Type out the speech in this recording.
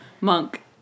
monk